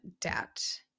debt